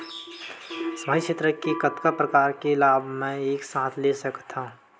सामाजिक क्षेत्र के कतका प्रकार के लाभ मै एक साथ ले सकथव?